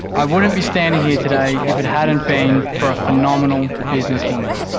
i wouldn't be standing here today if it hadn't been for a phenomenal businesswoman,